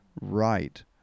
right